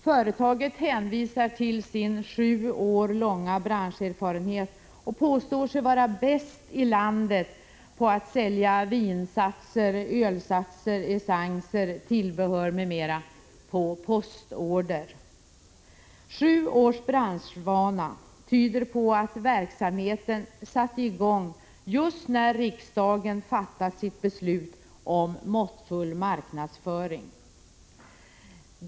Företaget hänvisar till sin sju år långa branscherfarenhet och påstår sig vara bäst i landet på att sälja vinsatser, ölsatser, essenser, tillbehör m.m. på postorder. Sju års branschvana tyder på att verksamheten satte i gång just när riksdagen fattat sitt beslut om måttfull marknadsföring.